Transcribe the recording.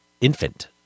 infant